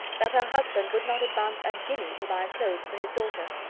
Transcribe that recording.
that her husband would not advance a guinea to buy clothes for his daughter.